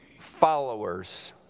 followers